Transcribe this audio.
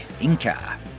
Inca